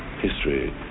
history